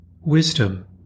Wisdom